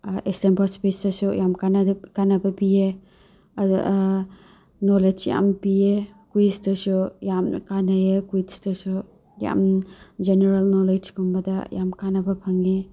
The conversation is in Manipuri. ꯑꯦꯛꯁꯇꯦꯝꯄꯣꯔ ꯁ꯭ꯄꯤꯁꯇꯁꯨ ꯌꯥꯝ ꯀꯥꯟꯅꯕ ꯄꯤꯌꯦ ꯑꯗꯣ ꯅꯣꯂꯦꯖ ꯌꯥꯝ ꯄꯤꯌꯦ ꯀꯨꯏꯁꯇꯁꯨ ꯌꯥꯝꯅ ꯀꯥꯟꯅꯩꯌꯦ ꯀꯨꯏꯁꯇꯁꯨ ꯌꯥꯝ ꯖꯦꯅꯦꯔꯦꯜ ꯅꯣꯂꯦꯖꯀꯨꯝꯕꯗ ꯌꯥꯝ ꯀꯥꯟꯅꯕ ꯐꯪꯉꯦ